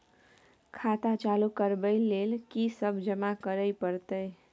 खाता चालू करबै लेल की सब जमा करै परतै?